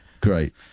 Great